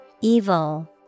Evil